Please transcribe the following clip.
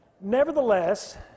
Nevertheless